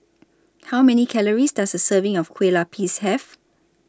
How Many Calories Does A Serving of Kueh Lapis Have